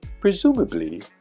presumably